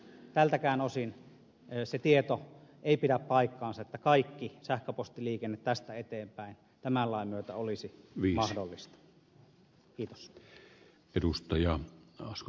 tältäkään osin se tieto ei pidä paikkaansa että kaiken sähköpostiliikenteen valvominen tästä eteenpäin tämän lain myötä olisi mahdollista